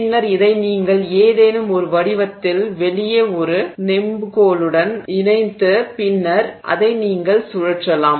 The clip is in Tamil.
பின்னர் இதை நீங்கள் ஏதேனும் ஒரு வடிவத்தில் வெளியே ஒரு நெம்புகோலுடன் இணைத்து பின்னர் அதை நீங்கள் சுழற்றலாம்